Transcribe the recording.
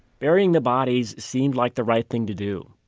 burying the bodies seemed like the right thing to do,